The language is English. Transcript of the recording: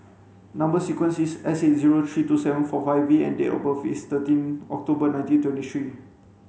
number sequence is S eight zero three two seven four five V and date of birth is thirteen October nineteen twenty three